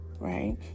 right